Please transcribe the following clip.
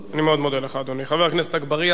חבר הכנסת אגבאריה, אחריו, חבר הכנסת אזולאי,